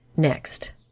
Next